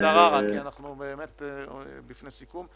בקצרה, כי אנחנו בפני סיכום.